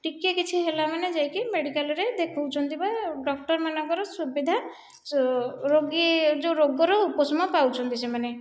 ଟିକିଏ କିଛି ହେଲାମାନେ ଯାଇକି ମେଡିକାଲରେ ଦେଖାଉଛନ୍ତି ବା ଡକ୍ଟରମାନଙ୍କର ସୁବିଧା ରୋଗୀ ଯେଉଁ ରୋଗରୁ ଉପଶମ ପାଉଛନ୍ତି ସେମାନେ